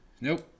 nope